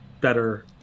Better